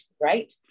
right